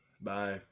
Bye